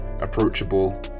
approachable